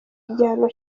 igihano